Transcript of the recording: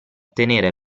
tenere